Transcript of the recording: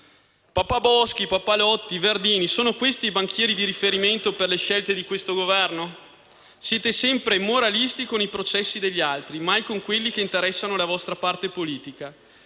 Papà Boschi, papà Lotti, Verdini: sono questi i banchieri di riferimento per le scelte del Governo? Siete sempre moralisti con i processi degli altri, mai con quelli che interessano la vostra parte politica;